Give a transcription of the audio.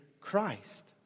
Christ